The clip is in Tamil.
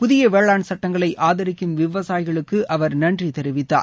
புதிய வேளாண் சட்டங்களை ஆதிக்கும் விவசாயிகளுக்கு அவர் நன்றி தெரிவித்தார்